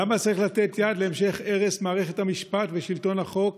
למה צריך לתת יד להמשך הרס מערכת המשפט ושלטון החוק